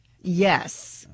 Yes